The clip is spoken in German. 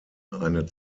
eine